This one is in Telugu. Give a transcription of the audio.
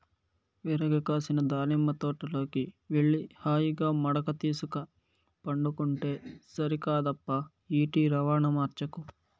విరగ కాసిన దానిమ్మ తోటలోకి వెళ్లి హాయిగా మడక తీసుక పండుకుంటే సరికాదప్పా ఈటి రవాణా మార్చకు